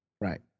Right